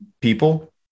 people